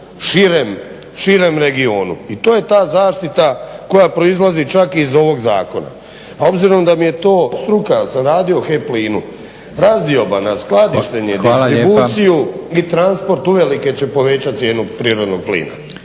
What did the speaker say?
širem regionu. I to je ta zaštita koja proizlazi čak iz ovog zakona. A obzirom da mi je to struka jer sam radio u HEP-u razdioba na skladištenje, distribuciju i transport uvelike će povećati cijenu prirodnog plina.